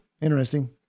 interesting